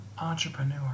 entrepreneur